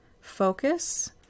focus